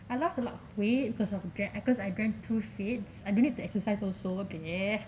I lost a lot of weight because I I drank TruFitz I don't need to exercise also eh